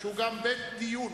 שהוא גם בית דיון